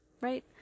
right